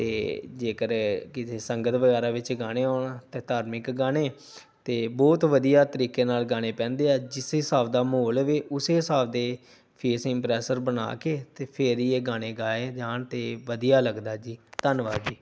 ਅਤੇ ਜੇਕਰ ਕਿਸੇ ਸੰਗਤ ਵਗੈਰਾ ਵਿੱਚ ਗਾਣੇ ਹੋਣ ਤਾਂ ਧਾਰਮਿਕ ਗਾਣੇ ਤਾਂ ਬਹੁਤ ਵਧੀਆ ਤਰੀਕੇ ਨਾਲ ਗਾਣੇ ਪੈਂਦੇ ਹੈ ਜਿਸ ਹਿਸਾਬ ਦਾ ਮਾਹੌਲ ਹੋਵੇ ਉਸੇ ਹਿਸਾਬ ਦੇ ਫੇਸ ਇੰਪਰੈਸ਼ਰ ਬਣਾ ਕੇ ਤਾਂ ਫਿਰ ਹੀ ਇਹ ਗਾਣੇ ਗਾਏ ਜਾਣ ਤਾਂ ਵਧੀਆ ਲੱਗਦਾ ਜੀ ਧੰਨਵਾਦ ਜੀ